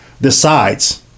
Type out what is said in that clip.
decides